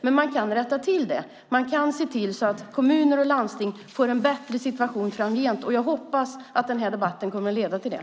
Man kan dock rätta till det genom att se till att kommuner och landsting får en bättre situation framgent. Jag hoppas att denna debatt leder till det.